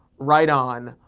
right on.